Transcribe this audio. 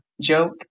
joke